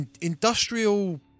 industrial